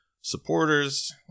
supporters